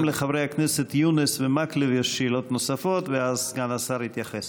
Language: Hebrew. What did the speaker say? גם לחברי הכנסת יונס ומקלב יש שאלות נוספות ואז סגן השר יתייחס.